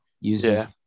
uses